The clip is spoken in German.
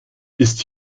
ist